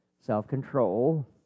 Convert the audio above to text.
self-control